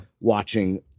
Watching